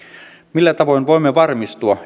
millä tavoin voimme varmistua